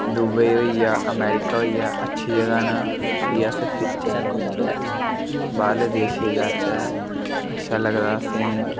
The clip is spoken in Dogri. दूबई होई गेआ अमेरिका होई गेआ अच्छी जगह् न कि अस फिरचै घूमचै बाह्रें देशें जाचै अच्छा लगदा असेंगी